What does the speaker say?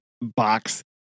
box